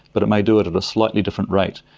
but it may do it at a slightly different rate.